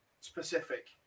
specific